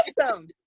awesome